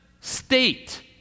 state